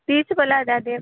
बीच बला दए देब